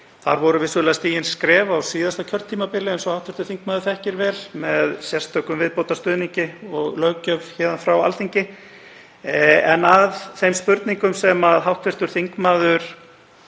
Þar voru vissulega stigin skref á síðasta kjörtímabili, eins og hv. þingmaður þekkir vel, með sérstökum viðbótarstuðningi og löggjöf héðan frá Alþingi. En að þeim spurningum sem hv. þingmaður